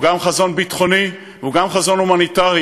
הוא גם חזון ביטחוני והוא גם חזון הומניטרי,